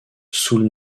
sul